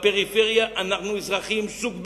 בפריפריה אנחנו אזרחים סוג ב',